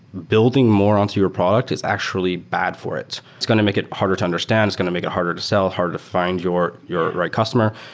building more on to your product is actually bad for it. it's going to make it harder to understand. it's going to make it harder to sell, harder to fi nd your your right customer.